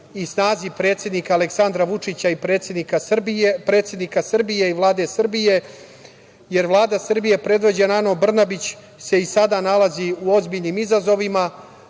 i snazi predsednika Aleksandra Vučića i predsednika Srbije i Vlade Srbije, jer Vlada Srbije predvođena Anom Brnabić se i sada nalazi u ozbiljnim izazovima,